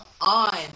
on